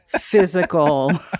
physical